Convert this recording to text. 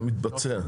השאלה אם זה מתבצע?